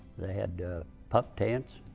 they had pup tents.